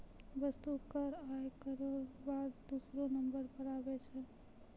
वस्तु कर आय करौ र बाद दूसरौ नंबर पर आबै छै